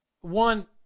one